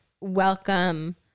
welcome